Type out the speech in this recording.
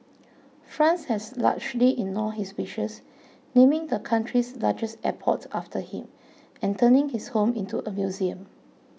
France has largely ignored his wishes naming the country's largest airport after him and turning his home into a museum